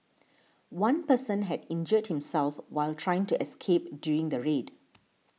one person had injured himself while trying to escape during the raid